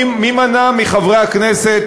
מי מנע מחברי הכנסת,